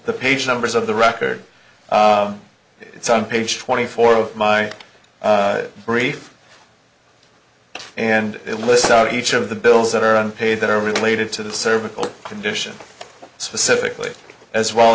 the page numbers of the record it's on page twenty four of my brief and it lists out each of the bills that are unpaid that are related to the cervical condition specifically as well